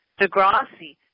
Degrassi